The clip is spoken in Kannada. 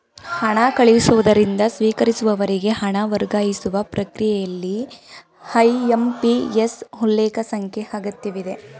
ಹಣ ಕಳಿಸುವವರಿಂದ ಸ್ವೀಕರಿಸುವವರಿಗೆ ಹಣ ವರ್ಗಾಯಿಸುವ ಪ್ರಕ್ರಿಯೆಯಲ್ಲಿ ಐ.ಎಂ.ಪಿ.ಎಸ್ ಉಲ್ಲೇಖ ಸಂಖ್ಯೆ ಅಗತ್ಯವಿದೆ